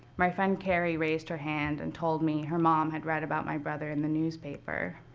my friend carey raised her hand and told me her mom had read about my brother in the newspaper.